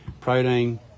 protein